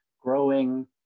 growing